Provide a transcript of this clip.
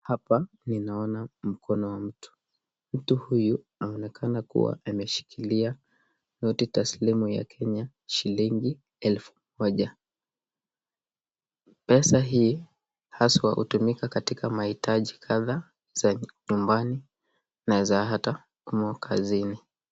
Hapa ninaona mkono wa mtu, mtuhuyu anaonekana kuwa ameshikilia noti taslimu ya kenya shilingi elfu moja. Pesa hii hutumika haswa katika mahitaji kadhaa za nyumbani na za hata ama kazini.